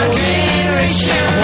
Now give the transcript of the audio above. generation